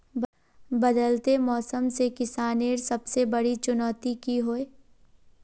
बदलते मौसम से किसानेर सबसे बड़ी चुनौती की होय?